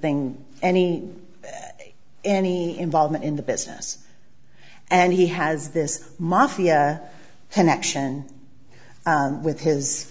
thing any any involvement in the business and he has this mafia connection with his